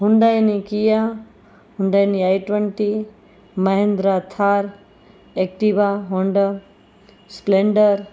Hyundai અને Kia હુંડાઈની I twenty Mahindra Thar Activa Honda Splendor